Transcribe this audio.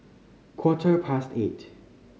quarter past eight